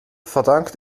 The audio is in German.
verdankt